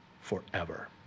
forever